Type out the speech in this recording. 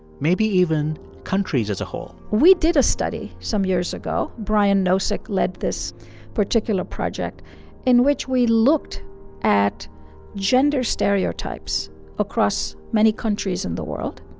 maybe even countries as a whole we did a study some years ago brian nosek lead this particular project in which we looked at gender stereotypes across many countries in the world.